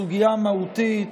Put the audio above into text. סוגיה מהותית,